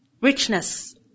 Richness